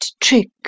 trick